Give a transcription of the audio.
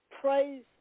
praise